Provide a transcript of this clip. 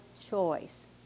choice